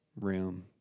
room